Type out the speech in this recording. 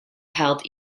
held